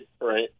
right